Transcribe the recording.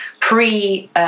pre